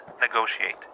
negotiate